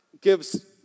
gives